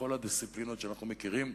בכל הדיסציפלינות שאנחנו מכירים,